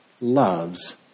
loves